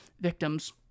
victims